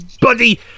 buddy